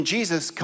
Jesus